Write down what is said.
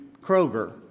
Kroger